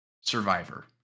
Survivor